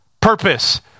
purpose